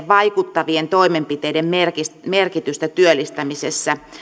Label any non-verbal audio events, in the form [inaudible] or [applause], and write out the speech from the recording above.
[unintelligible] vaikuttavien toimenpiteiden merkitystä merkitystä työllistämisessä